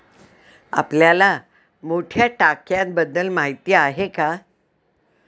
आपल्याला मोठ्या टाक्यांबद्दल माहिती आहे का?